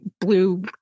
blue